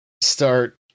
start